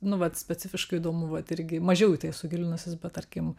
nu vat specifiškai įdomu vat irgi mažiau į tai esu gilinusis bet tarkim